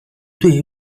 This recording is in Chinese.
对于